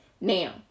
now